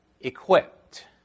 equipped